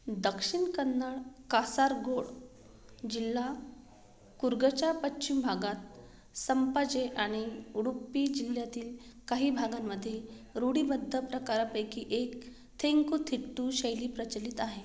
दक्षिण कन्नड कासारगोड जिल्हा कुर्गच्या पश्चिम भागात संपाजे आणि उडुप्पी जिल्ह्यातील काही भागांमध्ये रूढीबद्ध प्रकारापैकी एक थेंकूथिट्टू शैली प्रचलित आहे